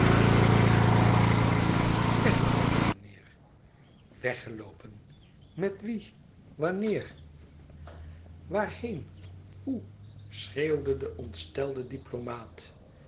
weg weggeloopen mijnheer weggeloopen met wien wanneer waarschetsen van boz heen hoe schreeuwde de ontstelde diplomaat